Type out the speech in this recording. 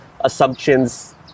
assumptions